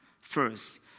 first